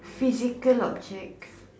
physical object